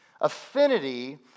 Affinity